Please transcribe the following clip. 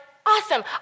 Awesome